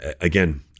again